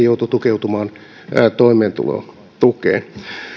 joutui tukeutumaan toimeentulotukeen